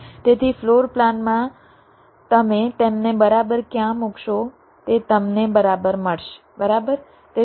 તેથી ફ્લોર પ્લાનમાં તમે તેમને બરાબર ક્યાં મૂકશો તે તમને બરાબર મળશે બરાબર